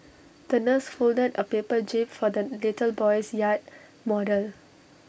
the nurse folded A paper jib for the little boy's yacht model